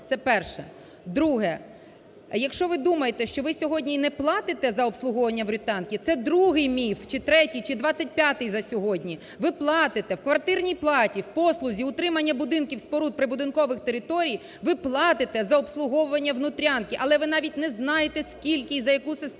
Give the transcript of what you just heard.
Це перше. Друге. Якщо ви думаєте, що ви сьогодні не платите за обслуговування "внутрянки", це другий міф чи третій, чи двадцять п'ятий за сьогодні. Ви платити в квартирній платі, в послузі "утримання будинків, споруд, прибудинкових територій" ви платите за обслуговування "внутрянки", але ви навіть не знаєте, скільки і за якою системою.